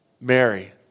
Mary